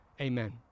Amen